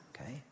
okay